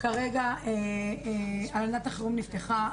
כרגע הלנת החירום נפתחה,